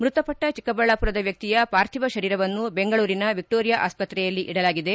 ಮೃತಪಟ್ಟ ಚಿಕ್ಕಬಳ್ಳಾಮರದ ವ್ಯಕ್ತಿಯ ಪಾರ್ಥೀವ ಶರೀರವನ್ನು ಬೆಂಗಳೂರಿನ ವಿಕ್ಟೋರಿ ಆಸ್ಪತ್ರೆಯಲ್ಲಿ ಇದಲಾಗಿದೆ